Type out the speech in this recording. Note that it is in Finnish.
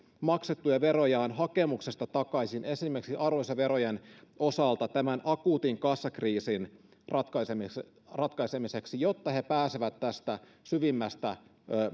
maksamiaan veroja hakemuksesta takaisin esimerkiksi arvonlisäverojen osalta tämän akuutin kassakriisin ratkaisemiseksi jotta he pääsevät tästä syvimmästä